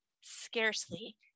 scarcely